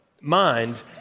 mind